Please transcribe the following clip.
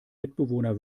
mitbewohner